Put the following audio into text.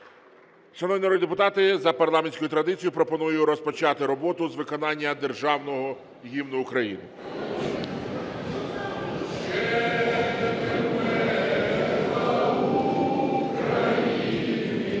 Шановні народні депутати, за парламентською традицією пропоную розпочати роботу з виконання Державного Гімну України.